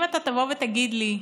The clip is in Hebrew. אם אתה תבוא ותגיד לי: